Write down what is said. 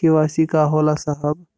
KYC का होला साहब?